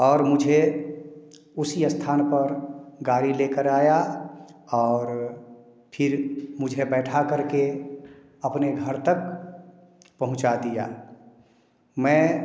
और मुझे उसी स्थान पर गाड़ी लेकर आया और फिर मुझे बैठाकर के अपने घर तक पहुँचा दिया मैं